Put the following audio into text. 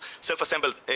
self-assembled